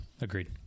Agreed